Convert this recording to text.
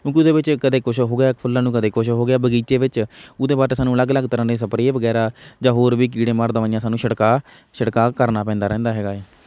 ਕਿਉਂਕਿ ਉਹਦੇ ਵਿੱਚ ਕਦੇ ਕੁਝ ਹੋ ਗਿਆ ਫੁੱਲਾਂ ਨੂੰ ਕਦੇ ਕੁਝ ਹੋ ਗਿਆ ਬਗੀਚੇ ਵਿੱਚ ਉਹਦੇ ਵਾਸਤੇ ਸਾਨੂੰ ਅਲੱਗ ਅਲੱਗ ਤਰ੍ਹਾਂ ਦੇ ਸਪਰੇਅ ਵਗੈਰਾ ਜਾਂ ਹੋਰ ਵੀ ਕੀੜੇ ਮਾਰ ਦਵਾਈਆਂ ਸਾਨੂੰ ਛੜਕਾਅ ਛੜਕਾਅ ਕਰਨਾ ਪੈਂਦਾ ਰਹਿੰਦਾ ਹੈਗਾ ਏ